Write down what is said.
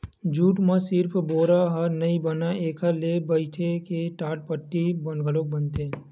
jute म सिरिफ बोरा ह नइ बनय एखर ले बइटे के टाटपट्टी घलोक बनथे